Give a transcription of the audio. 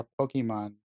Pokemon